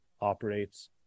operates